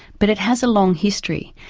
but it has a long history,